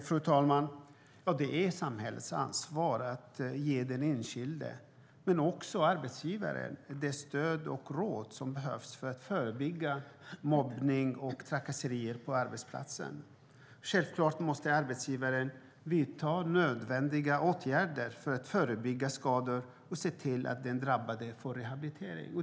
Fru talman! Det är samhällets ansvar att ge den enskilde men också arbetsgivaren det stöd och de råd som behövs för att förebygga mobbning och trakasserier på arbetsplatsen. Självklart måste arbetsgivaren vidta nödvändiga åtgärder för att förebygga skador och se till att den drabbade får rehabilitering.